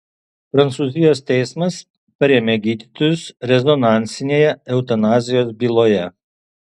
prancūzijos teismas parėmė gydytojus rezonansinėje eutanazijos byloje